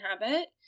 habit